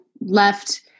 left